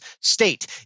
state